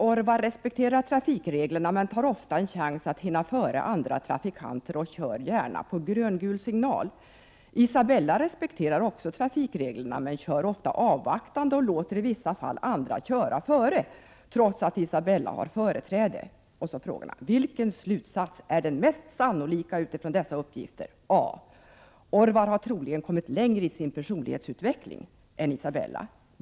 Orvar respekterar trafikreglerna men tar ofta en chans att hinna före andra trafikanter och kör gärna på grön-gul signal. Isabella respekterar också trafikreglerna men kör ofta avvaktande och låter i vissa fall andra köra före trots att Isabella har företräde.” Och så frågorna: ”Vilken slutsats är den mest sannolika utifrån dessa uppgifter? A: Orvar har troligen kommit längre i sin personlighetsutveckling än Isabella.